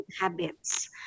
habits